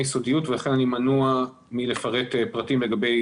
סודיות ולכן אני מנוע מלפרט פרטים לגבי